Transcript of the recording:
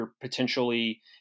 potentially